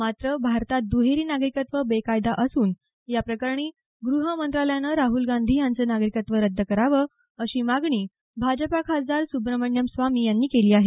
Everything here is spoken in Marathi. मात्र भारतात दुहेरी नागरिकत्व बेकायदा असून या प्रकरणी गृह मंत्रालयानं राहुल गांधी यांचं नागरिकत्व रद्द करावं अशी मागणी भाजपा खासदार सुब्रमण्यम स्वामी यांनी केली आहे